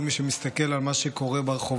כל מי שמסתכל על מה שקורה ברחובות,